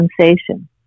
sensation